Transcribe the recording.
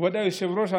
מכבוד היושב-ראש.